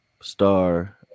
star